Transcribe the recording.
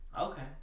Okay